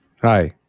Hi